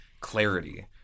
clarity